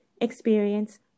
experience